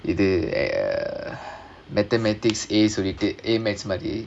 இது:idhu mathematics A certificate A mathematics